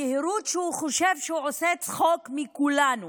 היהירות שהוא חושב שהוא עושה צחוק מכולנו